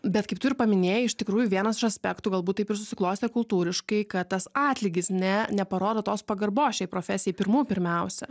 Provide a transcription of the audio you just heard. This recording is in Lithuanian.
bet kaip tu ir paminėjai iš tikrųjų vienas iš aspektų galbūt taip ir susiklostė kultūriškai kad tas atlygis ne neparodo tos pagarbos šiai profesijai pirmų pirmiausia